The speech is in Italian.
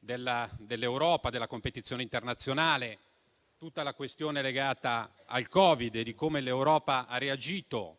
dell'Europa e della competizione internazionale; tutta la questione legata al Covid-19 e a come l'Europa ha reagito,